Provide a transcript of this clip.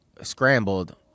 scrambled